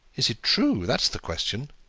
is it true? that's the question.